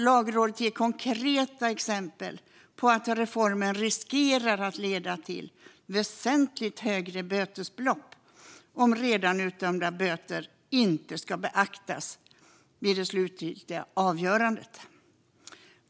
Lagrådet ger konkreta exempel på att reformen riskerar att leda till väsentligt högre bötesbelopp om redan utdömda böter inte ska beaktas vid det slutgiltiga avgörandet.